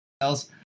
else